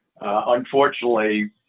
unfortunately